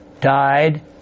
died